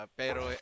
pero